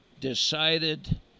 decided